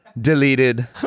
Deleted